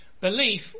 belief